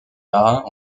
marins